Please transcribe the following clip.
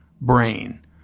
brain